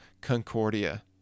Concordia